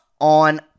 On